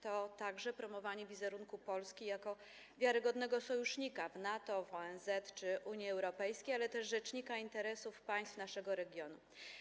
To także promowanie wizerunku Polski jako wiarygodnego sojusznika w NATO, w ONZ czy Unii Europejskiej, ale też jako rzecznika interesów państw naszego regionu.